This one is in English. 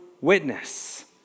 witness